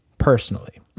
Personally